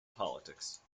politics